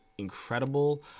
incredible